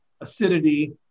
acidity